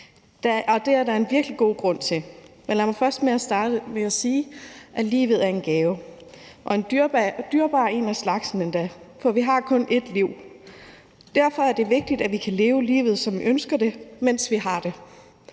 Det er der en virkelig god grund til. Men lad mig først starte med at sige, at livet er en gave – og en dyrebar en af slagsen endda, for vi har kun ét liv. Derfor er det vigtigt, at vi kan leve livet, som vi ønsker det, mens vi har det.